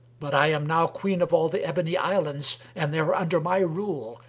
but i am now queen of all the ebony islands and they are under my rule,